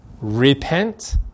repent